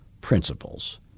principles